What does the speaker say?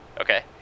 okay